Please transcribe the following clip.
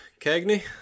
Cagney